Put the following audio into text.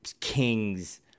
Kings